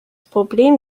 problem